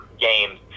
games